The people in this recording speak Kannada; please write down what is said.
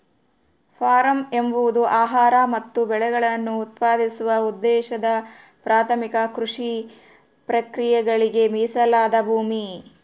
ಫಾರ್ಮ್ ಎಂಬುದು ಆಹಾರ ಮತ್ತು ಬೆಳೆಗಳನ್ನು ಉತ್ಪಾದಿಸುವ ಉದ್ದೇಶದ ಪ್ರಾಥಮಿಕ ಕೃಷಿ ಪ್ರಕ್ರಿಯೆಗಳಿಗೆ ಮೀಸಲಾದ ಭೂಮಿ